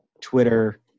Twitter